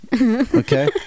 Okay